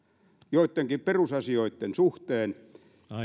joittenkin perusasioitten suhteen